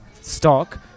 stock